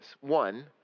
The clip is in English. One